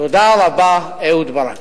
תודה רבה, אהוד ברק.